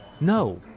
no